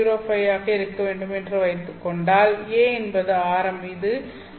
405 ஆக இருக்க வேண்டும் என்று வைத்துக் கொண்டால் a என்பது ஆரம் இது 4